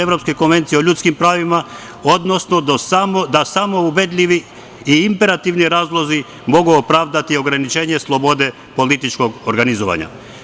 Evropske konvencije o ljudskim pravima, odnosno da samo ubedljivi i imperativni razlozi mogu opravdati ograničenje slobode političkog organizovanja.